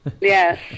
Yes